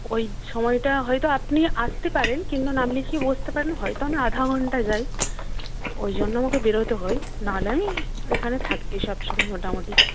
ওই সময়টা হয়তো আপনি আসতে পারেন কিংবা নাম লিখিয়ে বসতে পারেন হয়তো আমি আধা ঘন্টা যাই ওই জন্য আমাকে বেরোতে হয় নাহলে আমি এইখানে থাকি সবসময় মোটামুটি